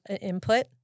input